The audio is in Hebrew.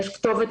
יש כתובת,